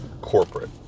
corporate